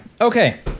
okay